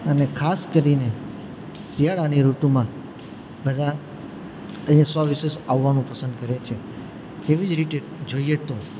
અને ખાસ કરીને શિયાળાની ઋતુમાં બધા અહીં સવિશેષ આવવાનું પસંદ કરે છે તેવી જ રીતે જોઈએ તો